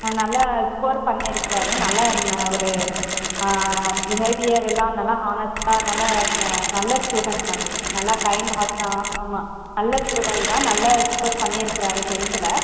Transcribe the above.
நல்லா ஸ்கோர் பண்ணியிருக்குறாரு நல்லா அவருர் பிஹேவியரெல்லாம் நல்லா ஹானஸ்ட்டாக நல்லா நல்ல ஸ்டூடண்ட் மேம் நல்லா கைன்ட் ஹாட் தான் ஆமாம் நல்ல ஸ்டூடண்ட் தான் நல்ல ஸ்கோர் பண்ணிருக்கிறாரு டென்த்தில்